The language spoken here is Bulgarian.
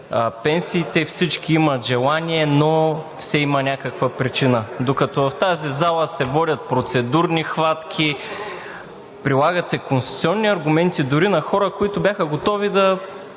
пенсиите. Всички имат желание, но все има някаква причина. Докато в тази зала се водят процедурни хватки, прилагат се конституционни аргументи, дори на хора, които бяха готови да